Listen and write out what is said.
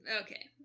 okay